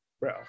Bro